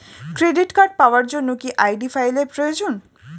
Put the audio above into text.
Credit card পাওয়ার জন্য কি আই.ডি ফাইল এর প্রয়োজন?